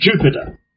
Jupiter